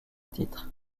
titre